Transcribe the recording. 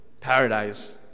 paradise